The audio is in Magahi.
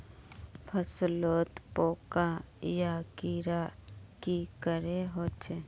फसलोत पोका या कीड़ा की करे होचे?